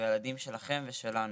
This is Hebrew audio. והילדים שלכם ושלנו.